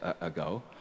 ago